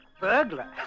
Burglar